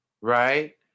right